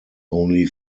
only